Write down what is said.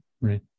right